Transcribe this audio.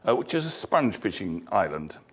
ah which is a sponge fishing island,